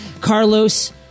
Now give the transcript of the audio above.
Carlos